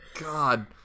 god